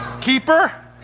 Keeper